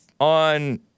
on